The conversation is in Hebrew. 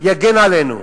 יגן עלינו.